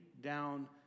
down